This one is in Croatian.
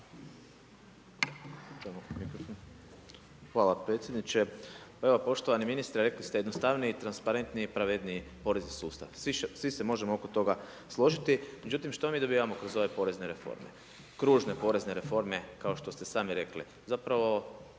Hvala predsjedniče. Pa evo, poštovani ministre, rekli ste jednostavniji transparentniji i pravedniji porezni sustav. Svi se možemo oko toga složiti. Međutim, što mi dobivamo kroz ove porezne reforme? Kružne porezne reforme kao što ste sami rekli. Zapravo